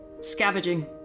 scavenging